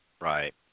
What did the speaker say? Right